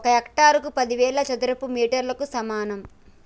ఒక హెక్టారు పదివేల చదరపు మీటర్లకు సమానం